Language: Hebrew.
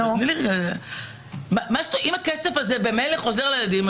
אם הכסף הזה ממילא חוזר לילדים,